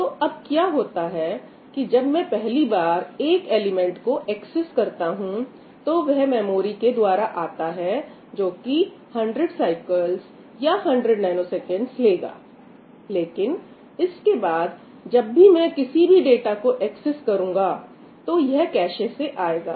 तो अब क्या होता है कि जब मैं पहली बार एक एलिमेंट को एक्सेस करता हूं तो वह मेमोरी के द्वारा आता है जोकि 100 साइकिलस या 100 नैनोसेकंडस लेगा लेकिन इसके बाद जब भी मैं किसी भी डाटा को एक्सेस करूंगा तो यह कैशे से आएगा